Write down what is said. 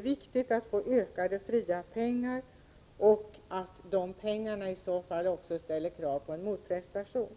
viktigt att få en ökning när det gäller de fria pengarna, men i så fall krävs det en motprestation.